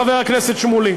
חבר הכנסת שמולי.